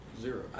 Zero